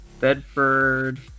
Bedford